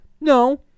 No